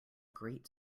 great